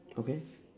okay